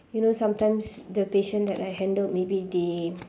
you know sometimes the patient that I handled maybe they